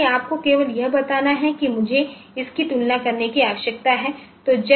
इसलिए आपको केवल यह बताना है कि मुझे इसकी तुलना करने की आवश्यकता है